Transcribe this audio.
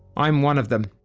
i'm one of them.